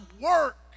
work